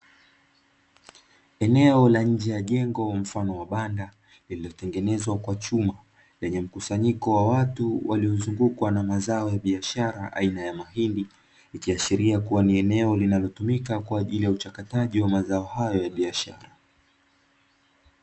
Eneo la nje ya jengo mfano wa banda liliotengenezwa kwa chuma, lenye mkusanyiko wa watu waliozungukwa na mazao ya biashara aina ya mahindi. Likiashiria kuwa ni eneo linalotumika kwa ajili ya uchakataji wa mazao hayo ya biashara.